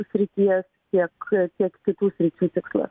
srities tiek kiek kitų sričių tikslas